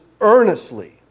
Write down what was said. earnestly